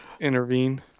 intervene